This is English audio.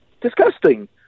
disgusting